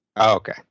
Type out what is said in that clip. Okay